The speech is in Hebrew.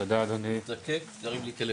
(הישיבה נפסקה בשעה 12:00 ונתחדשה בשעה 12:30.)